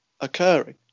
occurring